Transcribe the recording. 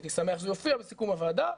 הייתי שמח שזה יופיע בסיכום הוועדה.